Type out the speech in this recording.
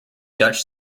dutch